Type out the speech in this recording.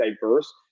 diverse